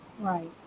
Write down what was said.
right